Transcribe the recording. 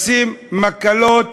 לשים מקלות